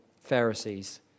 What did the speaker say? Pharisees